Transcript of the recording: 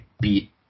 beat